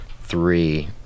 three